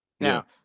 now